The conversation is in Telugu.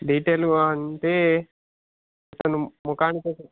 డీటైల్డ్గా అంటే రెండు మొఖానికొక